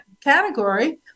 category